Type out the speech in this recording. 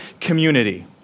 community